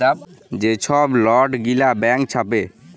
যে ছব লট গিলা ব্যাংক ছাপে